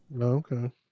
Okay